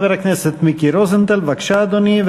חבר הכנסת מיקי רוזנטל, בבקשה, אדוני.